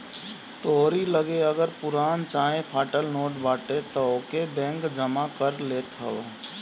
तोहरी लगे अगर पुरान चाहे फाटल नोट बाटे तअ ओके बैंक जमा कर लेत हवे